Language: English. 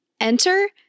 Enter